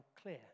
clear